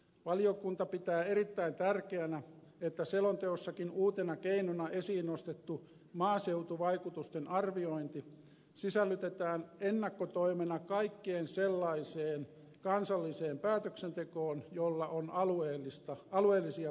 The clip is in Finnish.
valiokunta pitää erittäin tärkeänä että selonteossakin uutena keinona esiin nostettu maaseutuvaikutusten arviointi sisällytetään ennakkotoimena kaikkeen sellaiseen kansalliseen päätöksentekoon jolla on alueellisia vaikutuksia